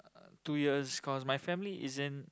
two years cause my family isn't